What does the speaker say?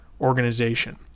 organization